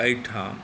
एहिठाम